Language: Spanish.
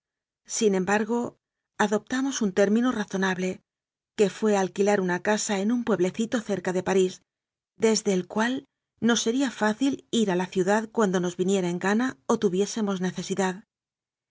isin embargo adoptamos un término razona ble que fué alquilar una casa en un pueblecito cerca de parís desde el cual nos sería fácil ir a la ciudad cuando nos viniera en gana o tuviésemos necesidad